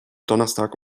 donnerstag